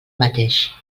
mateix